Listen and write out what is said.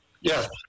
Yes